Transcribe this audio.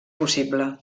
possible